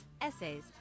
essays